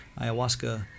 ayahuasca